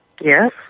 Yes